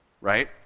Right